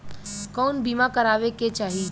कउन बीमा करावें के चाही?